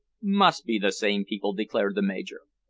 must be the same people, declared the major.